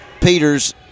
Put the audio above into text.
Peters